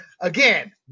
again